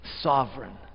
Sovereign